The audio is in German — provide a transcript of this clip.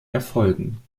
erfolgen